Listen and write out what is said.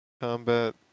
combat